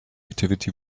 activity